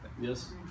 yes